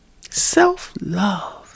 Self-love